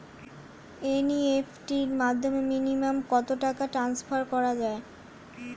NEFT র মাধ্যমে minimum কত টাকা ট্রান্সফার করা যায়?